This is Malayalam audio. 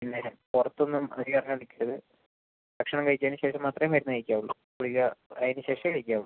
പിന്നെ പുറത്ത് ഒന്നും അധികം ഇറങ്ങാൻ നിൽക്കരുത് ഭക്ഷണം കഴിച്ചതിന് ശേഷം മാത്രമേ മരുന്ന് കഴിക്കാവുള്ളൂ ഗുളിക അതിന് ശേഷമേ കഴിക്കാവൂ